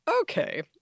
Okay